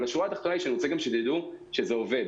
אבל השורה התחתונה היא שאני רוצה שתדעו שזה עובד.